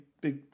big